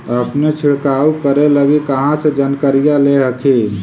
अपने छीरकाऔ करे लगी कहा से जानकारीया ले हखिन?